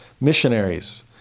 missionaries